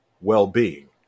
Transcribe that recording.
well-being